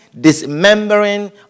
dismembering